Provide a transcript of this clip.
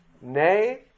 Nay